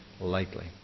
lightly